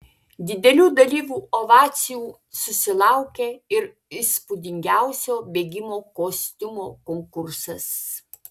didelių dalyvių ovacijų susilaukė ir įspūdingiausio bėgimo kostiumo konkursas